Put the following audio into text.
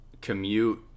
commute